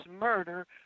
murder